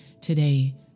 today